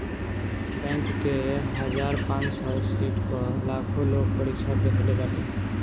bank के हजार पांच सौ सीट पअ लाखो लोग परीक्षा देहले बाटे